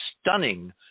stunning